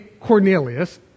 Cornelius